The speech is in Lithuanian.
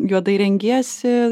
juodai rengiesi